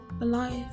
alive